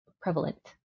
prevalent